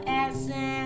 essence